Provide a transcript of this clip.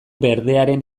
berdearen